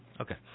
Okay